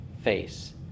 face